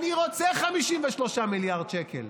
אני רוצה 53 מיליארד שקל,